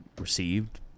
received